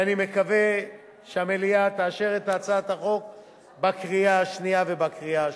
ואני מקווה שהמליאה תאשר את הצעת החוק בקריאה שנייה ובקריאה שלישית.